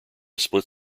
split